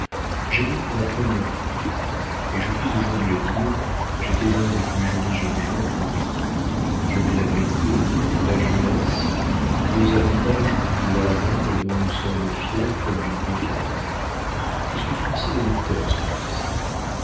j'aimais pour la première fois et je puis aujourd'hui le dire j'étais un des plus jolis jeunes gens de paris j'avais la beauté la jeunesse deux avantages dus au hasard et dont nous sommes fiers comme d'une conquête je suis forcé de me taire sur le reste